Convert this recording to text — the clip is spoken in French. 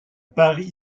pari